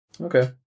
Okay